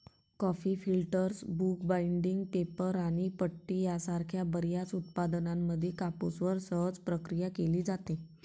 coffee filters, book binding, paper आणि पट्टी यासारख्या बर्याच उत्पादनांमध्ये कापूसवर सहज प्रक्रिया केली जाते